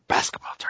basketball